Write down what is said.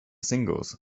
singles